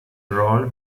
roll